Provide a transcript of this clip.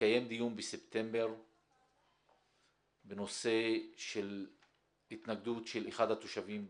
התקיים דיון בספטמבר בנושא של התנגדות של אחד התושבים ביאנוח.